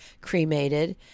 cremated